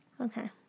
Okay